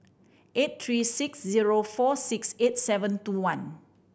eight three six zero four six eight seven two one